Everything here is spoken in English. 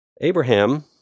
Abraham